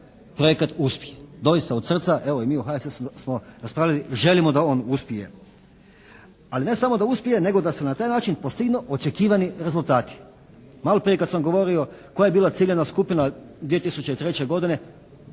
projekat uspije. Doista iz srca, evo i mi u HSS-u smo raspravljali. Želimo da on uspije. Ali ne samo da uspije nego da se na taj način postignu očekivani rezultati. Malo prije kad sam govorio koja je bila ciljana skupina 2003. godine,